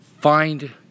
Find